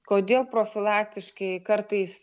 kodėl profilaktiškai kartais